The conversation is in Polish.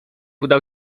udał